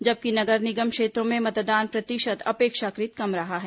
जबकि नगर निगम क्षेत्रों में मतदान प्रतिशत अपेक्षाकृत कम रहा है